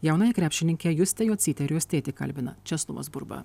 jaunąją krepšininkę justę jocytę ir jos tėtį kalbina česlovas burba